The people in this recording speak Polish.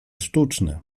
sztuczne